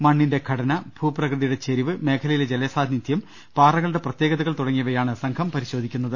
മണ്ണിന്റെ ഘടന ഭൂപ്രകൃതിയുടെ ചെരിവ് മേഖല യിലെ ജലസാന്നിദ്ധ്യം പാറകളുടെ പ്രത്യേകതകൾ തുടങ്ങിയവയാണ് സം ഘം പരിശോധിക്കുന്നത്